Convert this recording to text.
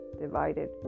divided